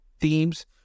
themes